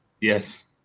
Yes